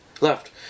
left